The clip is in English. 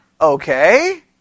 Okay